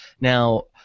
Now